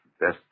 Best